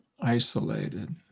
isolated